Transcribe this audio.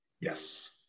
Yes